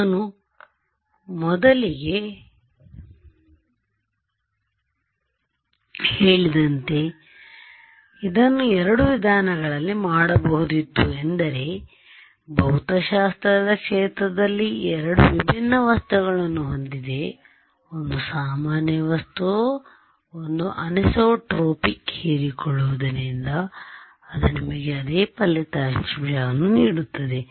ನಾನು ಮೊದಲಿಗೆ ಹೇಳಿದಂತೆ ನೀವು ಇದನ್ನು 2 ವಿಧಗಳಲ್ಲಿ ಮಾಡಬಹುದಿತ್ತು ಎಂದರೆ ಭೌತಶಾಸ್ತ್ರದ ಕ್ಷೇತ್ರದಲ್ಲಿ ಎರಡು ವಿಭಿನ್ನ ವಸ್ತುಗಳನ್ನು ಹೊಂದಿದೆ ಒಂದು ಸಾಮಾನ್ಯ ವಸ್ತು ಒಂದು ಅನಿಸೊಟ್ರೊಪಿಕ್ ಹೀರಿಕೊಳ್ಳುವುದರಿಂದ ಅದು ನಿಮಗೆ ಅದೇ ಫಲಿತಾಂಶಗಳನ್ನು ನೀಡುತ್ತದೆ